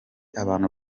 abantu